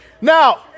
now